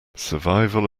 survival